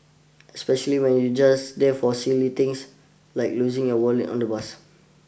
especially when you just there for silly things like losing your wallet on the bus